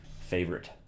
favorite